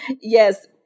yes